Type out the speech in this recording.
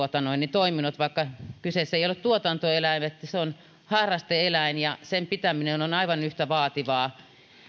toiminnot vaikka kyseessä ei ei ole tuotantoeläin vaan se on harraste eläin sen pitäminen on aivan yhtä vaativaa